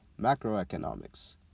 macroeconomics